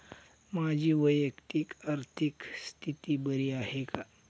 माझी वैयक्तिक आर्थिक स्थिती बरी आहे का?